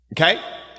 Okay